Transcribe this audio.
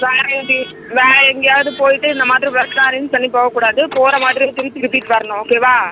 வேறு வேறு எங்கேயாவது போய்ட்டு இந்த மாதிரி பஸ்லாம் அரேஞ்ச் பண்ணி போகக்கூடாது போகிற மாதிரி திருப்பி ரிபீட் வரணும் ஓகேவா